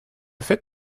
fait